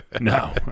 No